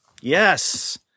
Yes